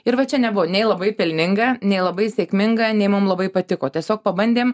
ir va čia nebuvo nei labai pelninga nei labai sėkminga nei mum labai patiko tiesiog pabandėm